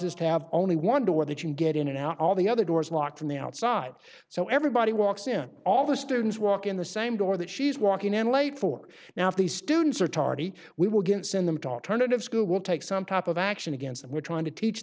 us to have only one door they can get in and out all the other doors locked from the outside so everybody walks in all the students walk in the same door that she's walking and late for now if these students are tardy we will get send them to alternative school will take some type of action against and we're trying to teach